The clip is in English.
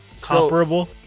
Comparable